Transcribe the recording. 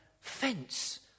fence